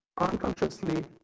unconsciously